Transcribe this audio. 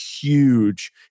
huge